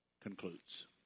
concludes